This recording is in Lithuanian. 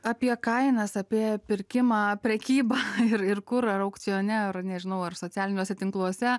apie kainas apie pirkimą prekybą ir ir kur ar aukcione ar nežinau ar socialiniuose tinkluose